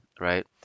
right